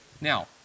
Now